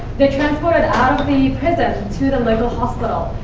they're transported out of the prison to the local hospital.